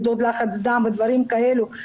למדוד לחץ דם ודברים כאלה,